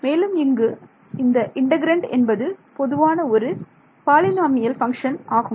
மேலும் இங்கு இந்த இன்டெக்ரண்ட் என்பது பொதுவான ஒரு பாலினாமியல் பங்க்ஷன் ஆகும்